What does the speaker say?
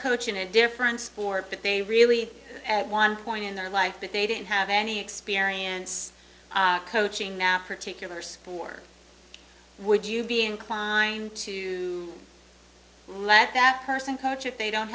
coaching a different sport but they really at one point in their life if they didn't have any experience coaching now particular sport would you be inclined to let that person coach if they don't